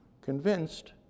convinced